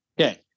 Okay